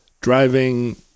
driving